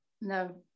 No